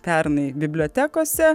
pernai bibliotekose